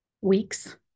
weeks